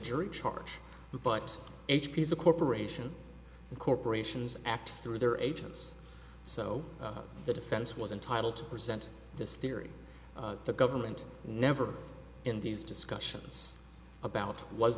jury charge but h p is a corporation and corporations act through their agents so the defense was entitled to present this theory the government never in these discussions about was